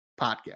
podcast